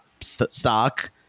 stock